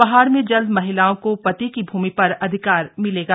पहाड़ में जल्द महिलाओं को पति की भूमि पर अधिकार मिलेगा